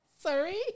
Sorry